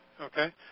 okay